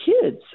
kids